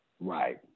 right